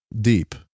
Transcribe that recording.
deep